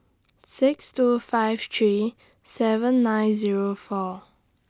six two five three seven nine Zero four